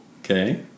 Okay